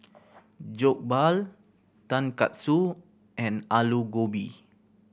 Jokbal Tonkatsu and Alu Gobi